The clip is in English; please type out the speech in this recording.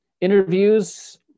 interviews